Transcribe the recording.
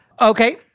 Okay